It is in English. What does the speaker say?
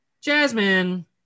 Jasmine